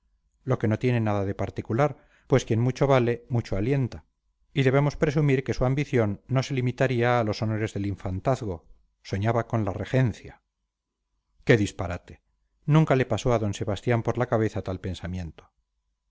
lo que no tiene nada de particular pues quien mucho vale mucho alienta y debemos presumir que su ambición no se limitaría a los honores del infantazgo soñaba con la regencia qué disparate nunca le pasó a d sebastián por la cabeza tal pensamiento